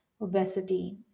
obesity